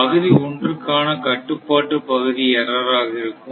இது பகுதி ஒன்றுக்கான கட்டுப்பாட்டுப் பகுதி எர்ரர் ஆக இருக்கும்